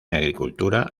agricultura